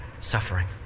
suffering